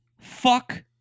fuck